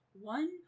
one